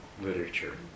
literature